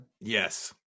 yes